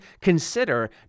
consider